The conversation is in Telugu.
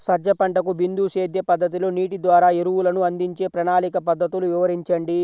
సజ్జ పంటకు బిందు సేద్య పద్ధతిలో నీటి ద్వారా ఎరువులను అందించే ప్రణాళిక పద్ధతులు వివరించండి?